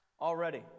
already